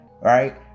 right